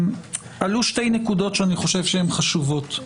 עלו שתי נקודות שאני חושב שהן חשובות: